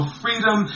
freedom